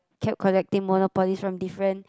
kept collecting monopolies from different